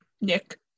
Nick